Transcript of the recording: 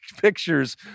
pictures